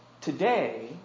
today